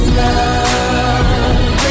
love